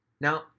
Now